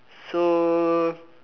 so